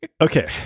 Okay